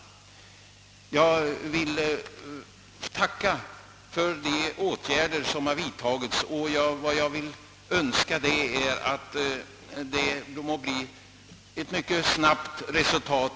Jag tackar för de åtgärder som har vidtagits och hoppas att de måtte leda till ett snabbt resultat.